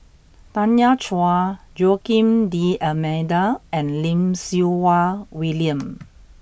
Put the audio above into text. Tanya Chua Joaquim D'almeida and Lim Siew Wai William